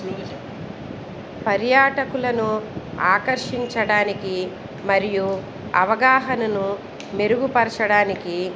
పర్యాటకులను ఆకర్షించడానికి మరియు అవగాహనను మెరుగుపరచడానికి